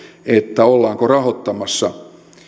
ollaanko rahoittamassa